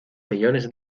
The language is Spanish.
millones